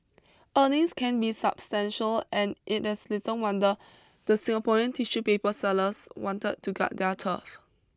earnings can be substantial and it is little wonder the Singaporean tissue paper sellers wanted to guard their turf